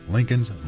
Lincoln's